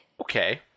Okay